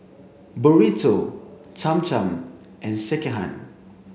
Burrito Cham Cham and Sekihan